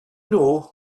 know